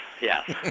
Yes